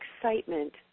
excitement